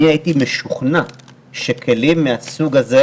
אני הייתי משוכנע שכלים מהסוג הזה,